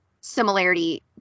similarity